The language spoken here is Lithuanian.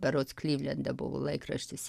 berods klivlende buvo laikraštis